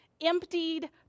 emptied